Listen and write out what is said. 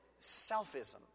selfism